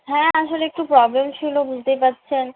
হ্যাঁ আসলে একটু প্রবলেম ছিল বুঝতেই পারছেন